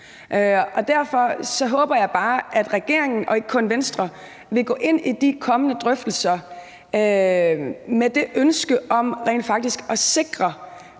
Derfor håber jeg bare, at regeringen og ikke kun Venstre vil gå ind i de kommende drøftelser med det ønske om rent faktisk at sikre